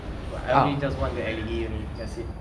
I only just want the L_E_D only that's it